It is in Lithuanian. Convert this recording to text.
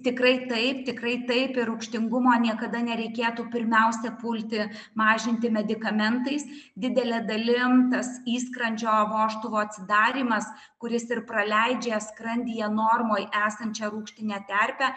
tikrai taip tikrai taip ir rūgštingumo niekada nereikėtų pirmiausia pulti mažinti medikamentais didele dalim tas įskrandžio vožtuvo atsidarymas kuris ir praleidžia skrandyje normoj esančią rūgštinę terpę